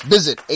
Visit